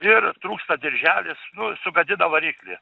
ir trūksta dirželis sugadina variklį